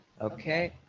Okay